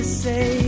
say